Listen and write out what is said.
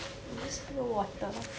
did you spill water